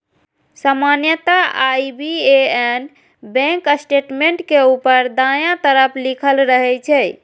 सामान्यतः IBAN bank statement के ऊपर दायां तरफ लिखल रहै छै